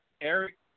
Eric